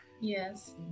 Yes